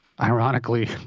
ironically